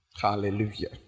Hallelujah